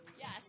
Yes